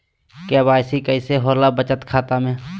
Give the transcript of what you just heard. KYC कैसे होला बचत खाता में?